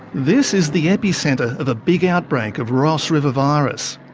this is the epicentre of a big outbreak of ross river virus.